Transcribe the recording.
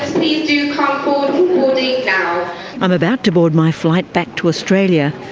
you know i'm about to board my flight back to australia,